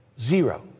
Zero